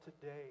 today